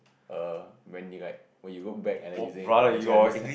err when you guy when you look back and you think oh actually I miss that